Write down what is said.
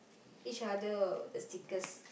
each other the stickers